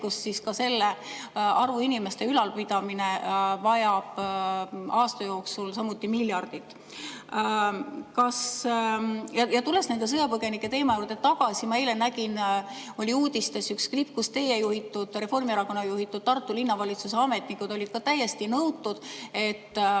siis sellise arvu inimeste ülalpidamine vajab aasta jooksul samuti miljardit. Tulles nende sõjapõgenike teema juurde tagasi, ma eile nägin, uudistes oli üks klipp, kus teie juhitud, Reformierakonna juhitud Tartu Linnavalitsuse ametnikud olid ka täiesti nõutud, et